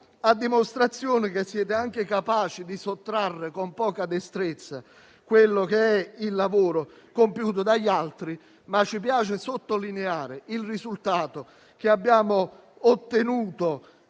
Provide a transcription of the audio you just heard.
a dimostrazione che siete anche capaci di sottrarre con poca destrezza quello che è il lavoro compiuto dagli altri. Ci piace sottolineare il risultato che abbiamo ottenuto